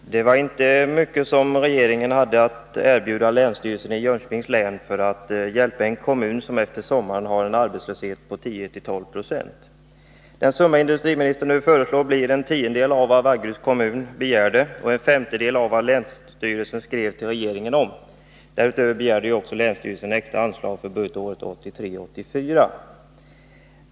Fru talman! Det var inte mycket som regeringen hade att erbjuda länsstyrelsen i Jönköpings län för att hjälpa en kommun som efter sommaren har en arbetslöshet på 10-12 26. Den summa industriministern nu föreslår blir en tiondel av vad Vaggeryds kommun begärde och en femtedel av vad länsstyrelsen skrev till regeringen om. Därutöver begärde också länsstyrelsen extra anslag för budgetåret 1983/84.